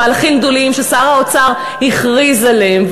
מהלכים גדולים ששר האוצר הכריז עליהם,